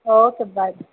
okay by